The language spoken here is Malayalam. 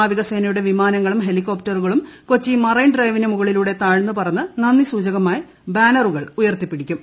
നാവികസേനയുടെ വിമാനങ്ങളും ഹെലികോപ്റ്ററുകളും കൊച്ചി മറൈൻ ഡ്രൈവിനു മുകളിലൂടെ താഴ്ന്നു പറന്ന് നന്ദി സൂചകമായി ബാനറുകൾ ഉയർത്തി പിടിക്കും